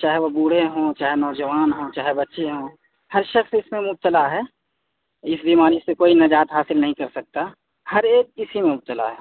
چاہے وہ بوڑھے ہوں چاہے نوجوان ہوں چاہے بچے ہوں ہر شخص اس میں مبتلا ہے اس بیماری سے کوئی نجات حاصل نہیں کر سکتا ہر ایک اسی میں مبتلا ہے